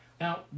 Now